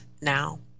now